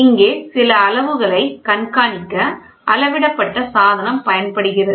இங்கே சில அளவுகளை கண்காணிக்க அளவிடப்பட்ட சாதனம் பயன்படுகிறது